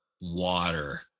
water